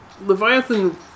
Leviathan